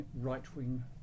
right-wing